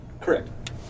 correct